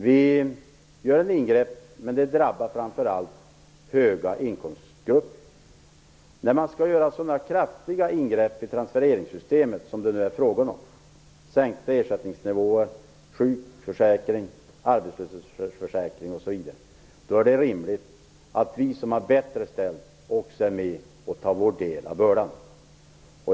Vi gör ett ingrepp, men det drabbar framför allt höginkomsttagarna. När man skall göra så kraftiga ingrepp i transfereringssystemet som det nu är fråga om - sänkta ersättningsnivåer, sjukförsäkring och arbetslöshetsförsäkring osv. - då är det rimligt att vi som har det bättre ställt tar vår del av bördan.